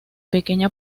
pequeña